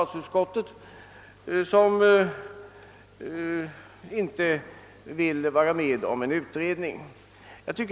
De vill inte vara med om en utredning.